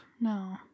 No